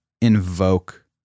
invoke